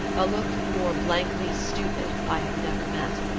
a look more blankly stupid i have never met.